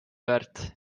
väärt